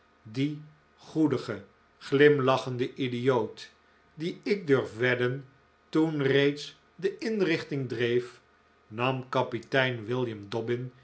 dien goedigen glimlachenden idioot die ik durf wedden toen reeds de inrichting dreef nam kapitein william dobbin